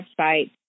website